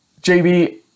JB